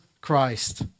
Christ